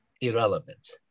irrelevant